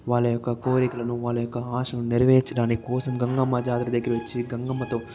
వాళ్ళ యొక్క కోరికలను వాళ్ళ యొక్క ఆశలు నెరవేర్చడానికి కోసం గంగమ్మ జాతర దగ్గరికి వచ్చి గంగమ్మతో